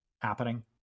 happening